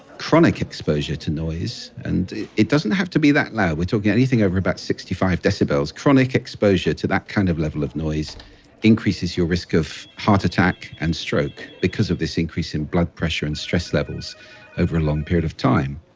chronic exposure to noise and it doesn't have to be that loud, we're talking about anything over about sixty five decibels chronic exposure to that kind of level of noise increases your risk of heart attack and stroke because of this increase in blood pressure and stress levels over a long period of time.